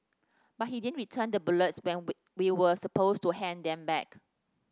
but he didn't return the bullets we we were supposed to hand them back